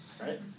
Right